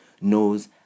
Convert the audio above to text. knows